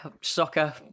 soccer